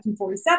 1947